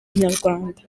inyarwanda